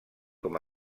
com